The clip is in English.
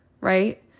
right